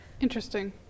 Interesting